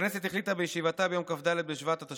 אני קובע שההחלטה להחיל דין רציפות על הצעת